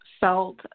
felt